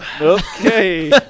okay